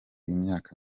imyaka